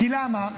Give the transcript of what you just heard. למה?